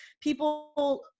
People